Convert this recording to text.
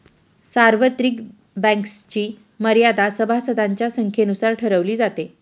सार्वत्रिक बँक्सची मर्यादा सभासदांच्या संख्येनुसार ठरवली जाते